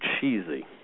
cheesy